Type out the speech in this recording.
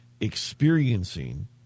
experiencing